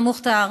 יונה מוכתר,